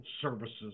services